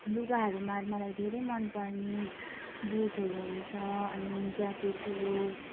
लुगाहरूमा मलाई धेरै मन पर्ने बुटहरू हुन्छ अनि ज्याकेट ठुलो